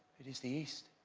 it is the east,